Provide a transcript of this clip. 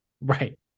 Right